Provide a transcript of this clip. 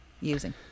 using